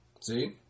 See